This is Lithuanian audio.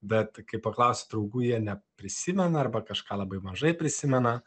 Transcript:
bet kai paklausiu draugų jie neprisimena arba kažką labai mažai prisimena